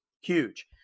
Huge